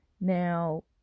Now